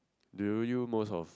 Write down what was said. do you you most of